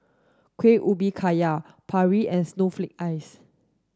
Kuih Ubi Kayu Paru and snowflake ice